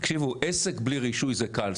עסק בלי רישוי זה קל.